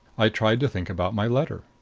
i tried to think about my letter.